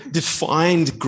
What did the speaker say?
defined